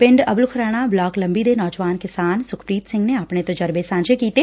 ਪਿੰਡ ਅਬੁਲ ਖੁਰਾਣਾ ਬਲਾਕ ਲੰਬੀ ਦੇ ਨੌਜਵਾਨ ਕਿਸਾਨ ਸੁਖਪ੍ਰੀਤ ਸਿੰਘ ਨੇ ਆਪਣੇ ਤਜਰਬੇ ਸਾਂਝੇ ਕੀਤੇ